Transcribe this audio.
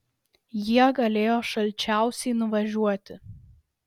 jie galėjo šalčiausiai nuvažiuoti